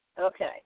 Okay